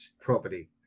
property